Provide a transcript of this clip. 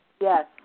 Yes